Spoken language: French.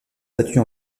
statue